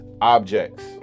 objects